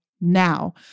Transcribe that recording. now